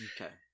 Okay